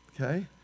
Okay